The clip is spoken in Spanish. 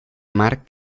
mar